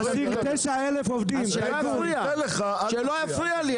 להשיג 9,000 עובדים --- אני אתן לך, אל תפריע.